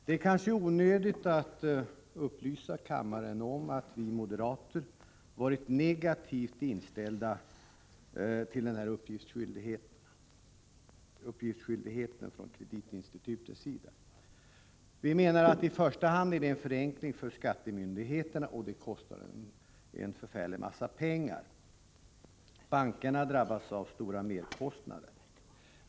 Det är kanske onödigt att upplysa kammaren om att vi moderater varit negativt inställda till kreditinstitutens uppgiftsskyldighet. Vi menar att detta i första hand är en förenkling för skattemyndigheterna som kostar en förfärlig massa pengar. Banker och andra kreditinstitut drabbas av stora merkostnader.